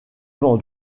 m’en